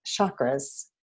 chakras